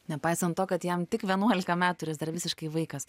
nepaisant to kad jam tik vienuolika metų ir jis dar visiškai vaikas